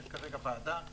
יש כרגע ועדה שהוקמה,